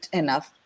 enough